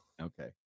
Okay